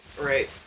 Right